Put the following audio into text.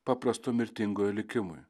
paprasto mirtingojo likimui